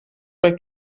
bei